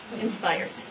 inspired